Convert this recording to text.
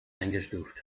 eingestuft